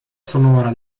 sonora